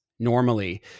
normally